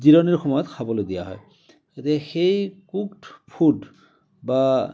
জিৰণিৰ সময়ত খাবলৈ দিয়া হয় যদি সেই কুকড্ ফুড বা